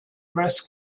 breast